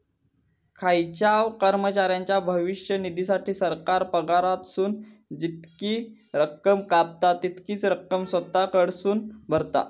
खायच्याव कर्मचाऱ्याच्या भविष्य निधीसाठी, सरकार पगारातसून जितकी रक्कम कापता, तितकीच रक्कम स्वतः कडसून भरता